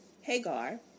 Hagar